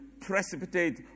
precipitate